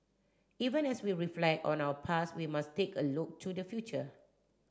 even as we reflect on our past we must take a look to the future